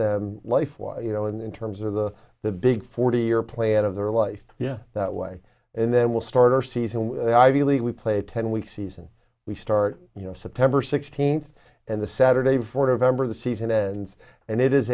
them life was you know in terms of the the big forty year plan of their life yeah that way and then we'll start our season with the ivy league we play ten weeks season we start you know september sixteenth and the saturday before november the season ends and it is